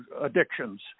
addictions